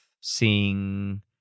seeing